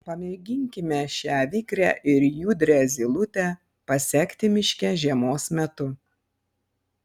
pamėginkime šią vikrią ir judrią zylutę pasekti miške žiemos metu